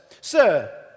Sir